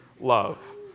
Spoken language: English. love